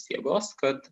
jėgos kad